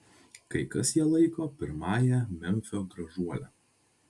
kai kas ją laiko pirmąja memfio gražuole